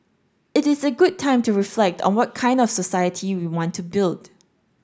it is a good time to reflect on what kind of society we want to build